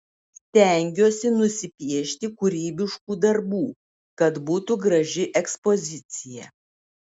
stengiuosi nusipiešti kūrybiškų darbų kad būtų graži ekspozicija